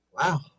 wow